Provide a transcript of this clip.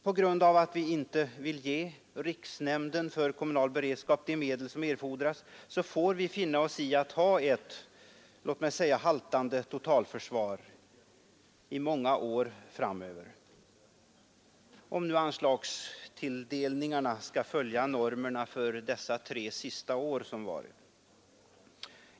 På grund av att vi inte vill ge riksnämnden för kommunal beredskap de medel som erfordras får vi finna oss i att ha ett låt mig säga haltande totalförsvar många år framöver, om nu anslagstilldelningen skall följa normerna för de tre senaste åren.